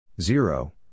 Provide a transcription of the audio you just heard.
Zero